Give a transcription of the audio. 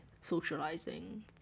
socializing